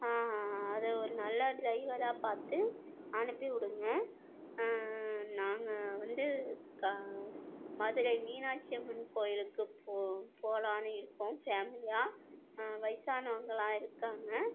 அது ஒரு நல்ல டிரைவராக பார்த்து அனுப்பிவிடுங்கள் நாங்கள் வந்து மதுரை மீனாட்சி அம்மன் கோயிலுக்கு போ போகலான்னு இருக்கோம் ஃபேமிலியாக வயதானவங்களாம் இருக்காங்க